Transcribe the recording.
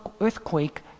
earthquake